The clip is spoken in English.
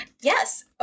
Yes